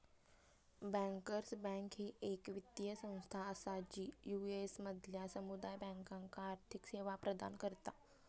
bankers bank ही येक वित्तीय संस्था असा जी यू.एस मधल्या समुदाय बँकांका आर्थिक सेवा प्रदान करता